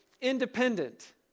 independent